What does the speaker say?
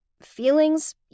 Feelings